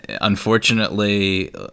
unfortunately